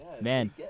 Man